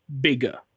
bigger